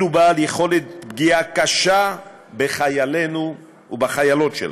ובעל יכולת פגיעה קשה בחיילים ובחיילות שלנו.